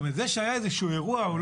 זה שהיה איזשהו אירוע אחד,